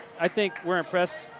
i think we're impressed.